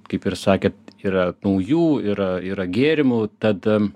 kaip ir sakėt yra naujų yra yra gėrimų tad